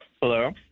Hello